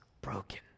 broken